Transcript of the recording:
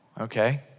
Okay